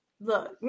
Look